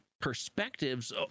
perspectives